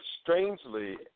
strangely